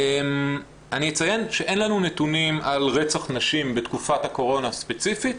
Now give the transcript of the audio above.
אני אציין שאין לנו נתונים על רצח נשים בתקופת הקורונה הספציפי,